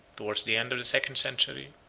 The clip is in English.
towards the end of the second century,